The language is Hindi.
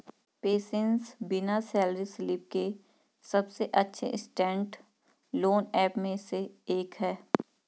पेसेंस बिना सैलरी स्लिप के सबसे अच्छे इंस्टेंट लोन ऐप में से एक है